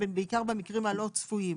בעיקר במקרים הלא צפויים.